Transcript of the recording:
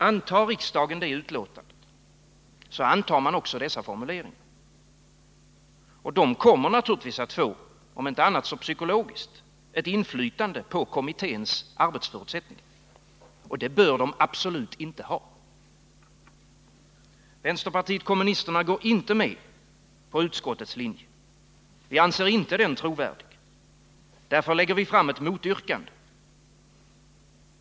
Antar riksdagen detta betänkande, antar man också dess formuleringar. De kommer naturligtvis — om inte annat, så psykologiskt — att få inflytande på kommitténs arbetsförutsättningar. Och det bör de absolut inte ha. Vänsterpartiet kommunisterna går inte med på utskottets linje. Vi anser inte att den är trovärdig. Därför lägger vi fram ett motyrkande.